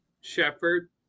shepherd